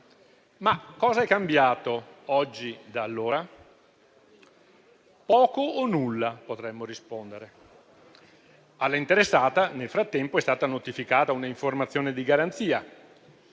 Ma cosa è cambiato oggi da allora? Poco o nulla, potremmo rispondere. All'interessata nel frattempo è stata notificata un'informazione di garanzia,